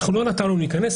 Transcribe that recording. לא נתנו להיכנס.